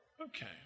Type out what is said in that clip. Okay